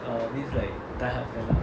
uh means like die hard fan lah